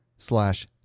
slash